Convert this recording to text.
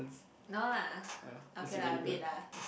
no lah okay lah a bit lah